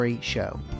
Show